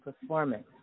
Performance